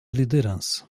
liderança